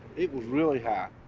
it was really high,